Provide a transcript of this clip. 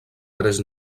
tres